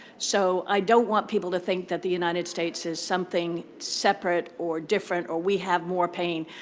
so, i don't want people to think that the united states is something separate or different, or we have more pain.